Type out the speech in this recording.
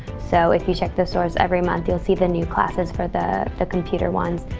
so if you check the source every month, you'll see the new classes, for the the computer ones.